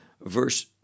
Verse